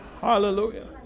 Hallelujah